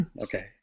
Okay